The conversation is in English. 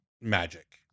magic